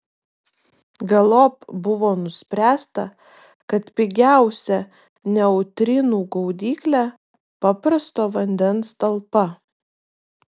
galop buvo nuspręsta kad pigiausia neutrinų gaudyklė paprasto vandens talpa